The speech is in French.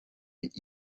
est